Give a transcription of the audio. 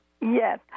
Yes